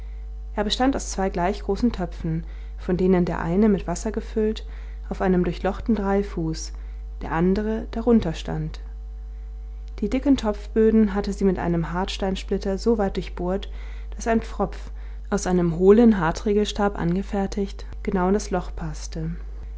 er bestand aus zwei gleich großen töpfen von denen der eine mit wasser gefüllt auf einem durchlochten dreifuß der andere darunter stand die dicken topfböden hatte sie mit einem hartsteinsplitter so weit durchbohrt daß ein pfropf aus einem hohlen hartriegelstab angefertigt genau in das loch paßte